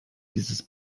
dieses